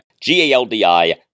G-A-L-D-I